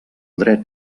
dret